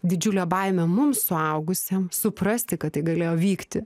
didžiulę baimę mums suaugusiems suprasti kad tai galėjo vykti